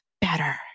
better